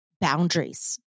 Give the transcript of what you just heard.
Boundaries